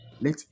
let